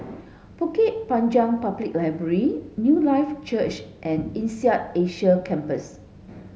Bukit Panjang Public Library Newlife Church and INSEAD Asia Campus